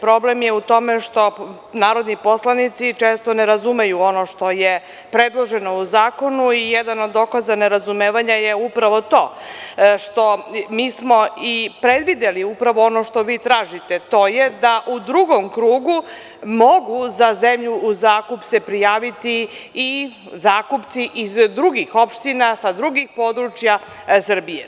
Problem je u tome što narodni poslanici često ne razumeju ono što je predloženo u zakonu i jedan od dokaza nerazumevanja je upravo to što mi smo i predvideli upravo ono što vi tražite, to je da u drugom krugu mogu za zemlju u zakup se prijaviti i zakupci iz drugih opština sa drugih područja Srbije.